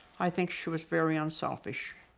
i think she was very unselfish.